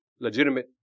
Legitimate